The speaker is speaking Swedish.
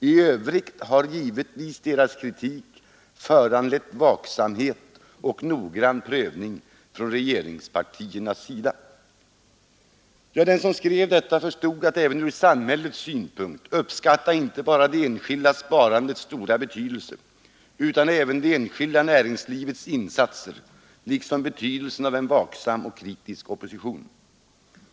I övrigt har givetvis deras kritik föranlett vaksamhet och noggrann prövning från regeringspartiernas sida.” Ja, den som skrev detta förstod att även ur samhällets synpunkt uppskatta inte bara det enskilda sparandets stora betydelse utan även det enskilda näringslivets insatser liksom betydelsen av en vaksam och kritisk opposition.